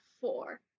four